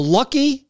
lucky